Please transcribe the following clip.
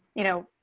you know,